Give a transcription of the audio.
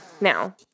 Now